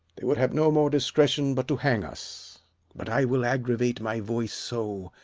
they would have no more discretion but to hang us but i will aggravate my voice so,